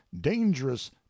dangerous